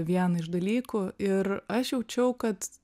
vieną iš dalykų ir aš jaučiau kad